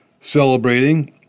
celebrating